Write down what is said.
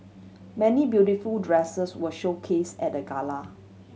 many beautiful dresses were showcase at the gala